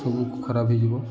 ସବୁ ଖରାପ ହେଇଯିବ